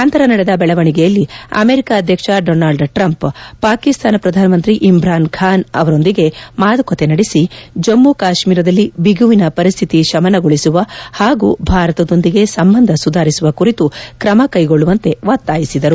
ನಂತರ ನಡೆದ ಬೆಳವಣಿಗೆಯಲ್ಲಿ ಅಮೆರಿಕ ಅಧ್ಯಕ್ಷ ಡೊನಾಲ್ಸ್ ಟ್ರಂಪ್ ಪಾಕಿಸ್ತಾನ ಪ್ರಧಾನಮಂತ್ರಿ ಇಮ್ತಾನ್ ಖಾನ್ ಅವರೊಂದಿಗೆ ಮಾತುಕತೆ ನಡೆಸಿ ಜಮ್ತು ಕಾತ್ೀರದಲ್ಲಿ ಬಿಗುವಿನ ಪರಿಸ್ತಿತ ಶಮನಗೊಳಿಸುವ ಹಾಗೂ ಭಾರತದೊಂದಿಗೆ ಸಂಬಂಧ ಸುಧಾರಿಸುವ ಕುರಿತು ಕ್ರಮ ಕೈಗೊಳ್ಳುವಂತೆ ಒತ್ತಾಯಿಸಿದರು